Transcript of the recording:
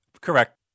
correct